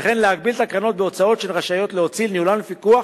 וכן להגביל את הקרנות בהוצאות שהן רשאיות להוציא לניהולן ולפיקוח